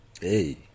Hey